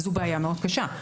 זו בעיה מאוד קשה.